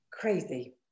Crazy